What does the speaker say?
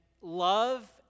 love